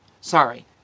Sorry